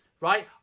Right